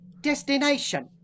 destination